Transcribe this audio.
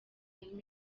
irimo